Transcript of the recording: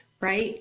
right